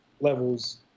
levels